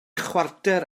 chwarter